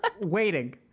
waiting